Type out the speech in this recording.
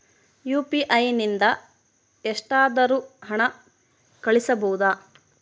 UPI ನಿಂದ ಎಷ್ಟಾದರೂ ಹಣ ಕಳಿಸಬಹುದಾ?